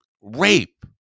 rape